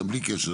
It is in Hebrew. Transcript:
גם בלי קשר.